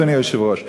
אדוני היושב-ראש,